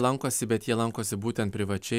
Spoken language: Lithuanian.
lankosi bet jie lankosi būtent privačiai